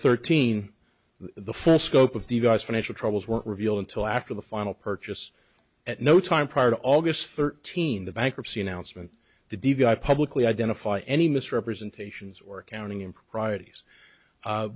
thirteen the full scope of the guy's financial troubles weren't revealed until after the final purchase at no time prior to august thirteen the bankruptcy announcement d v i publicly identify any misrepresentations or accounting improprieties